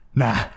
nah